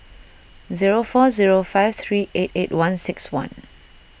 zero four zero five three eight eight one six one